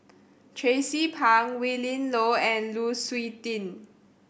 Tracie Pang Willin Low and Lu Suitin